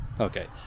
Okay